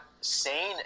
sane